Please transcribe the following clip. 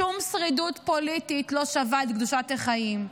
שום שרידות פוליטית לא שווה את קדושת החיים.